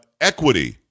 equity